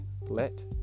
let